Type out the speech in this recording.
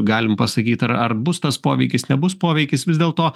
galim pasakyt ar ar bus tas poveikis nebus poveikis vis dėlto